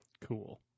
Cool